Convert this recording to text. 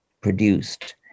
produced